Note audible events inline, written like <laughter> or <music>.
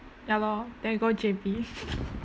ya lor then you go J_B <laughs>